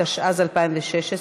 התשע"ז 2016,